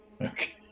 Okay